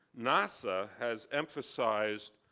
nasa has emphasized